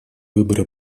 выбора